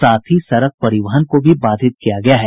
साथ ही सड़क परिवहन को भी बाधित किया गया है